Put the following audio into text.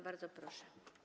Bardzo proszę.